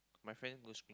my friend don't speak